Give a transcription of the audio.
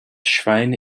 schwein